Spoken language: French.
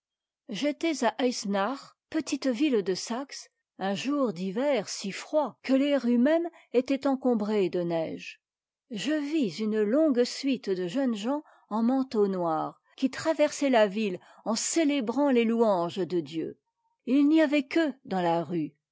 j'étais à ëisenach petite ville de saxe un jour d'hiver si froid que les rues mêmes étaient encombrées de neige je vis une longue suite de jeunes gens en manteau noir qui traversaient la ville en célébrant tes louanges de dieu n'y avait qu'eux dans la rue